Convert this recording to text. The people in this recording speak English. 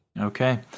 Okay